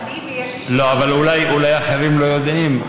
אני פניתי, לא, אבל אולי אחרים לא יודעים.